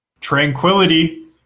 Tranquility